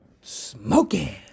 smoking